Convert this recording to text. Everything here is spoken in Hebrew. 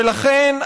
ולכן,